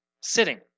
sitting